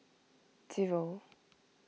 zero